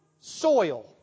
soil